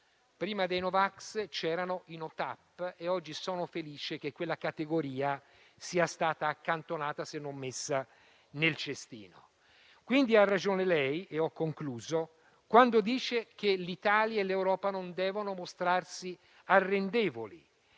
Prima dei no vax c'erano i no TAP e oggi sono felice che quella categoria sia stata accantonata, se non messa nel cestino. Quindi ha ragione lei - e ho concluso - quando dice che l'Italia e l'Europa non devono mostrarsi arrendevoli